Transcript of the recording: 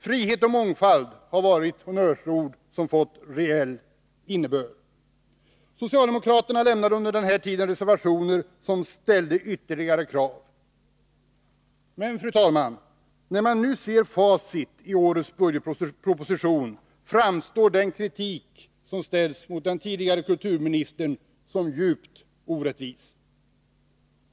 Frihet och mångfald har varit honnörsord som fått reell innebörd. Socialdemokraterna ställde under den här tiden ytterligare krav i sina reservationer. Men, fru talman, när man i årets budgetproposition ser facit, framstår kritiken mot den tidigare kulturministern som djupt orättvis.